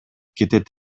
кетет